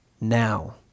now